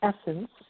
essence